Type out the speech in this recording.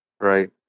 Right